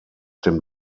dem